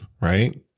right